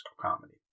comedy